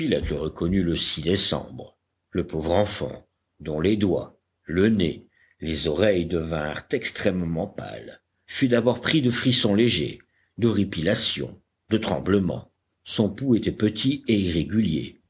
reconnut le décembre le pauvre enfant dont les doigts le nez les oreilles devinrent extrêmement pâles fut d'abord pris de frissons légers d'horripilations de tremblements son pouls était petit et irrégulier